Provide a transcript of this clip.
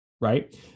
right